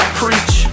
preach